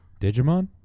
Digimon